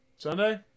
sunday